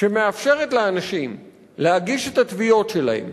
שמאפשרת לאנשים להגיש את התביעות שלהם